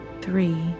three